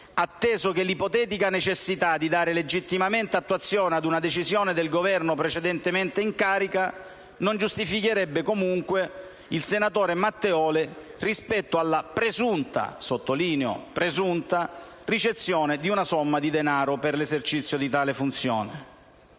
atteso che l'ipotetica necessità di dare legittimamente attuazione ad una decisione del Governo precedentemente in carica non giustificherebbe comunque il senatore Matteoli rispetto alla presunta (sottolineo presunta) ricezione di una somma di denaro per l'esercizio di tale funzione.